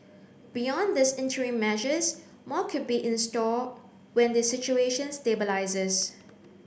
beyond these interim measures more could be in store when the situation stabilises